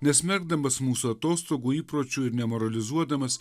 nesmerkdamas mūsų atostogų įpročių ir nemoralizuodamas